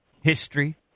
history